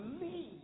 leave